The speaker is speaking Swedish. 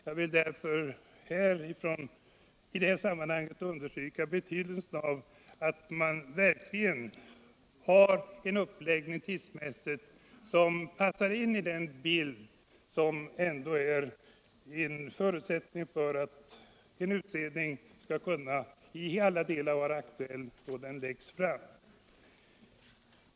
Jag vill därför i detta sammanhang understryka betydelsen av att man verkligen har en uppläggning tidsmässigt som passar in i den bild som ändå är en förutsättning för att en utredning skall kunna vara i alla delar aktuell då den läggs fram.